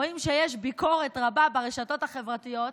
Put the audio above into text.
רואים שיש ביקורת רבה ברשתות החברתיות,